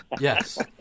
Yes